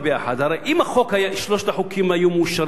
אם שלושת החוקים היו מאושרים היום,